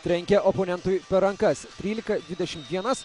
trenkė oponentui per rankas trylika dvidešim vienas